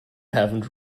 haven’t